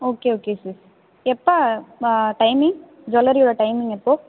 okay okay sis எப்போ ஆ timing ஜுவெல்லரியோட டைமிங் எப்போது